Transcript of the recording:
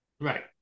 Right